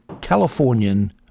Californian